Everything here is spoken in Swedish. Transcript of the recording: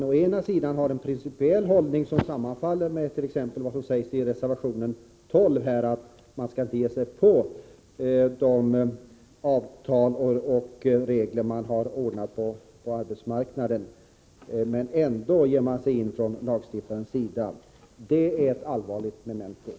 Å ena sidan har man en principiell hållning som sammanfaller med vad som sägs i reservation 12, nämligen att man inte skall ge sig på de avtal och regler som har ordnats på arbetsmarknaden, å andra sidan ger man sig ändå in på detta från lagstiftarens sida. Det är ett allvarligt memento.